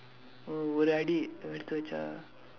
oh ஒரு அடி எடுத்து வச்சா:oru adi eduththu vachsaa